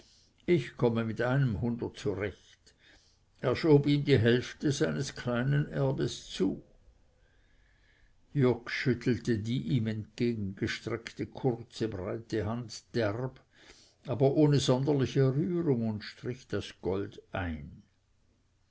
ich komme mit einem hundert zurecht und er schob ihm die hälfte seines kleinen erbes zu jürg schüttelte die ihm entgegengestreckte kurze breite hand derb aber ohne sonderliche rührung und strich das gold ein